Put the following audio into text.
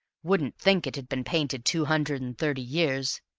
wouldn't think it had been painted two hundred and thirty years?